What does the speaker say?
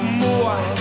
more